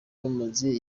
bamaze